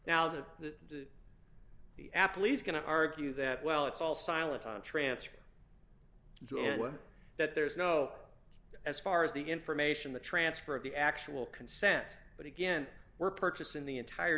now that the athletes going to argue that well it's all silent on transfers to ensure that there is no as far as the information the transfer of the actual consent but again we're purchasing the entire